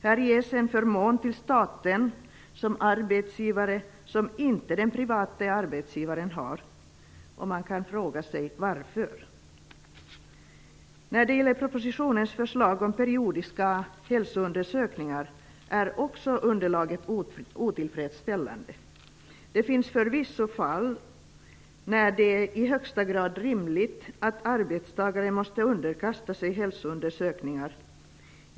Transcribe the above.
Här ges staten som arbetsgivare en förmån som den private arbetsgivaren inte har. Man kan fråga sig varför. När det gäller propositionens förslag om periodiska hälsoundersökningar är också underlaget otillfredsställande. Det finns förvisso fall där det i högsta grad är rimligt att arbetstagare måste underkasta sig hälsoundersökningar.